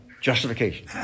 Justification